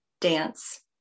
dance